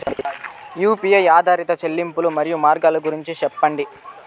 UPI ఆధారిత చెల్లింపులు, మరియు మార్గాలు గురించి వివరాలు సెప్పండి?